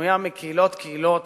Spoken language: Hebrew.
בנויה מקהילות קהילות